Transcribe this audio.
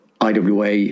IWA